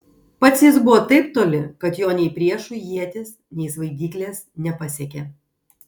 pats jis buvo taip toli kad jo nei priešų ietys nei svaidyklės nepasiekė